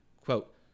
Quote